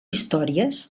històries